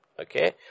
okay